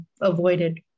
avoided